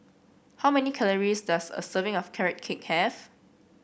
how many calories does a serving of Carrot Cake have